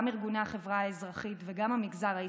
גם ארגוני החברה האזרחית וגם המגזר העסקי.